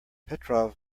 petrov